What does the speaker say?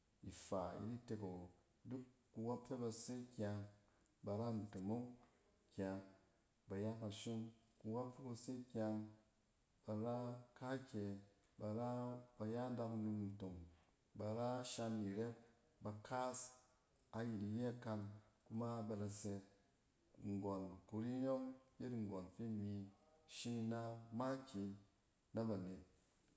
Ifa yet itek awo. Duk kuwↄp kɛ ba se kyang, ba ra ntomong kyang, bay a kashon. Kuwp fi ka se kyang, ba ra kaakyɛ, ba ra-ba ya adakunom ntong, ba ra shan ni rep, ba kaas ayit iyɛ kan kuma ba da sɛ. Nggↄn kuri yↄng yet nggↄn fi imi shim na makiyi na banet.